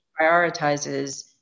prioritizes